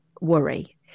worry